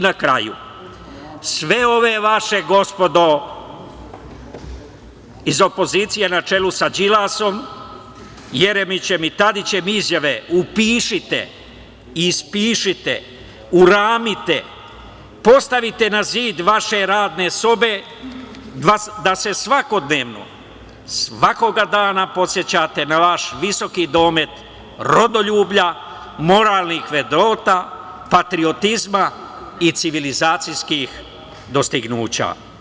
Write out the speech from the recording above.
Na kraju, sve ove vaše, gospodo iz opozicije na čelu sa Đilasom, Jeremićem i Tadićem, izjave upišite, ispišite, uramite, postavite na zid vaše radne sobe da se svakodnevno svakoga dana podsećate na vaš visoki domet rodoljublja, moralni …, patriotizma i civilizacijskih dostignuća.